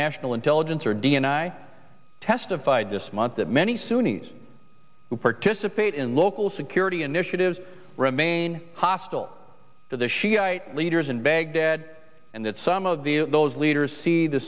national intelligence or d n i testified this month that many sunni who participate in local security initiatives remain hostile to the shiite leaders in baghdad and that some of those leaders see the